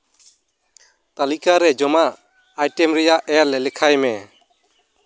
ᱛᱟᱹᱞᱤᱠᱟ ᱨᱮ ᱡᱚᱢᱟᱜ ᱟᱭᱴᱮᱢ ᱨᱮᱭᱟᱜ ᱮᱞ ᱞᱮᱠᱷᱟᱭ ᱢᱮ